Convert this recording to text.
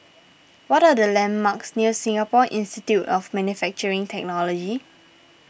what are the landmarks near Singapore Institute of Manufacturing Technology